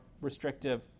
restrictive